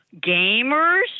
gamers